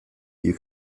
you